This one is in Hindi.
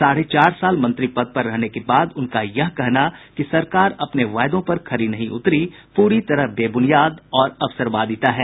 साढ़े चार साल मंत्री पद पर रहने के बाद उनका यह कहना कि सरकार अपने वायदों पर खरी नहीं उतरी पूरी तरह से बेबुनियाद और अवसरवादिता है